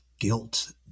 guilt